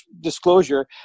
disclosure